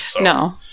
No